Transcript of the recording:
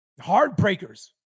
Heartbreakers